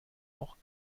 auch